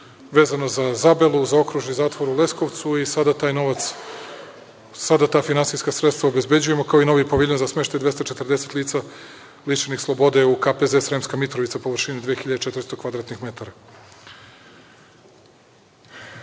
vezano za Zabelu, Okružni zatvor u Leskovcu i sada taj novac, sada ta finansijska sredstva obezbeđujemo kao i novi paviljon za smeštaj 240 lica lišenih slobode u KPZ Sremska Mitrovica, površine 2400